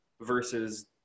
versus